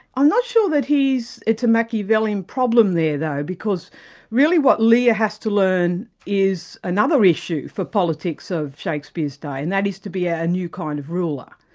i'm not sure that it's a machiavellian problem there though, because really what lear has to learn is another issue for politics of shakespeare's day, and that is to be ah a new kind of ruler.